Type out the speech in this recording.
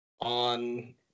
on